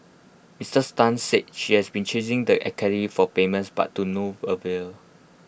miss Tan said she has been chasing the for payments but to no avail